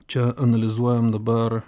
čia analizuojam dabar